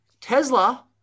Tesla